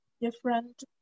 different